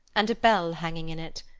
and a bell hanging in it.